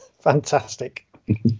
Fantastic